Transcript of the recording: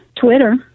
Twitter